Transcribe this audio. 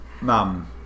Mum